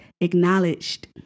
acknowledged